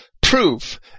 proof